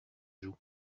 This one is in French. joue